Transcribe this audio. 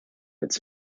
its